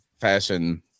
fashion